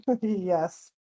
Yes